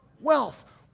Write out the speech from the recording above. wealth